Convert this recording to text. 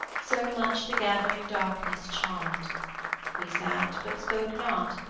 so much the gathering darkness charmed we sat but spoke not,